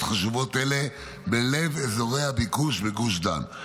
חשובות אלה בלב אזורי הביקוש בגוש דן.